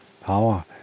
power